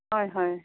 হয় হয়